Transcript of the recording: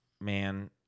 man